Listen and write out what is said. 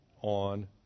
on